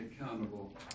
accountable